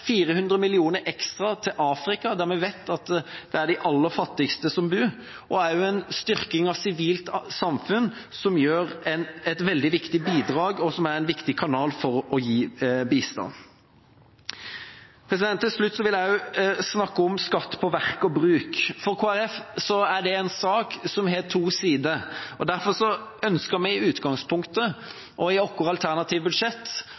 400 mill. kr ekstra til Afrika, der vi vet at de aller fattigste bor. Det har også vært en styrking av sivilt samfunn, som er et veldig viktig bidrag, en viktig kanal for å gi bistand. Til slutt vil jeg snakke om skatt på verk og bruk. For Kristelig Folkeparti er det en sak som har to sider. Derfor ønsket vi i utgangspunktet – og i vårt alternative budsjett